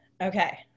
Okay